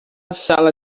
sala